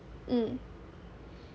mm